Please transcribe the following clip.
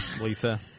Lisa